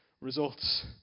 results